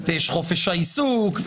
ויש חופש העיסוק,